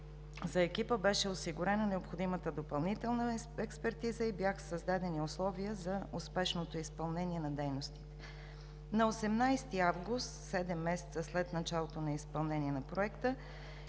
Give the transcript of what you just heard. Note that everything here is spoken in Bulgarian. Проекта беше осигурена необходимата допълнителна експертиза и бяха създадени условия за успешното изпълнение на дейностите. На 18 август, седем месеца след началото на изпълнение на проекта,